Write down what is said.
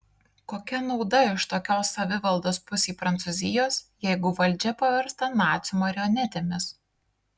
kokia nauda iš tokios savivaldos pusei prancūzijos jeigu valdžia paversta nacių marionetėmis